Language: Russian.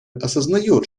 осознает